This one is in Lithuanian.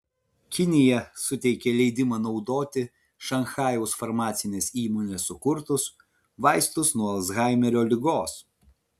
kinija suteikė leidimą naudoti šanchajaus farmacinės įmonės sukurtus vaistus nuo alzhaimerio ligos